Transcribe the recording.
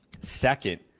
second